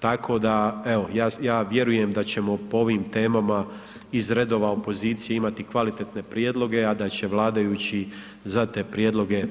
Tako da evo, ja vjerujem da ćemo po ovim temama iz redova opozicije imati kvalitetne prijedloge, a da će vladajući za te prijedloge